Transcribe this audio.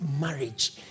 marriage